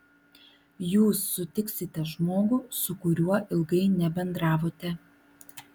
jūs sutiksite žmogų su kuriuo ilgai nebendravote